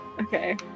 Okay